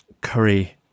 curry